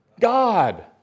God